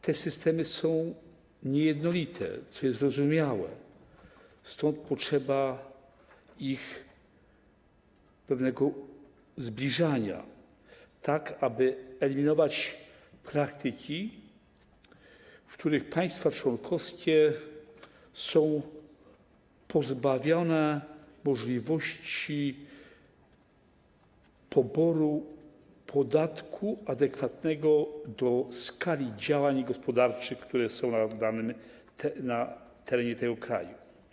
Te systemy są niejednolite, co jest zrozumiałe, stąd potrzeba ich pewnego zbliżenia, tak aby eliminować praktyki, w których państwa członkowskie są pozbawiane możliwości poboru podatku adekwatnego do skali działań gospodarczych, które są na danym terenie tego kraju.